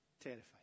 terrified